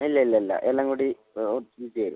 ഇല്ല ഇല്ല ഇല്ല എല്ലാം കൂടി തിരിച്ച് തരും